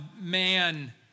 man